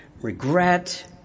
regret